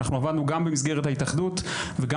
אנחנו עבדנו גם במסגרת ההתאחדות וגם